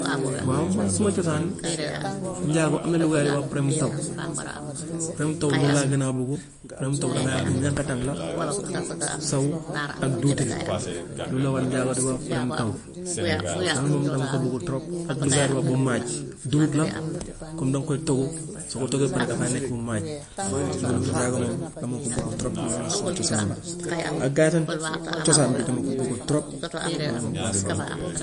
Waaw man suma cosaan njaago am na lu gaa yi di wax prime taw, prime taw loolu laa gën a buggu, prime taw dangay am ñankatang la so ak duwtiir loolu la wa- njaago di wax prime taw loolu moom dama ko buggu trop ak lu gaa yi di wax bumaaj dugub la comme danga koy togg, soo ko toggee ba pare dafay nekk bumaaj loolu njaago moom moom dama ko buggu trop loolu moom suma cosaan la ak gaa yi seen cosaan bi dama ko buggu trop loolu moom masha allah.